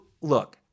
look